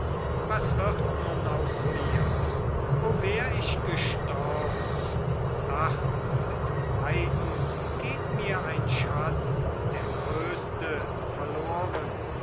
was wird nun aus mir o wär ich gestorben ach mit beiden geht mir ein schatz der größte verloren